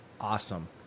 awesome